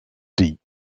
deep